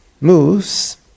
moves